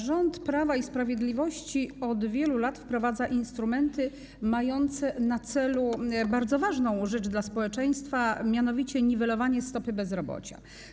Rząd Prawa i Sprawiedliwości od wielu lat wprowadza instrumenty mające na celu rzecz bardzo ważną dla społeczeństwa, mianowicie niwelowanie stopy bezrobocia.